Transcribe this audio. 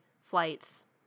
flights